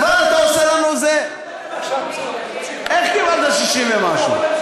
כבר אתה עושה לנו, איך קיבלת 60 ומשהו?